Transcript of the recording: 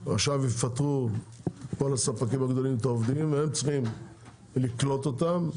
עכשיו כל הספקים הגדולים יפטרו את העובדים והם צריך לקלוט אותם,